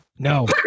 no